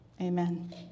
amen